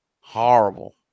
horrible